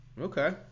Okay